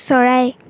চৰাই